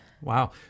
Wow